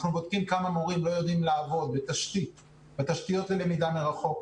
אנחנו בודקים כמה מורים לא יודעים לעבוד בתשתיות ללמיד מרחוק.